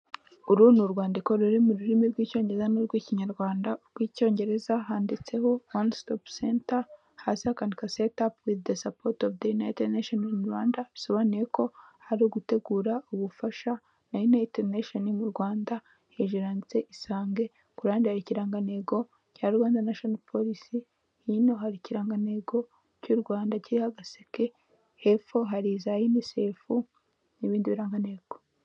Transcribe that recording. Urwandiko ruri mu rurimo rw'icyongereza